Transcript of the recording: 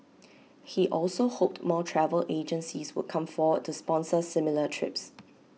he also hoped more travel agencies would come forward to sponsor similar trips